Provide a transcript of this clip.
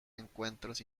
encuentros